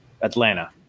Atlanta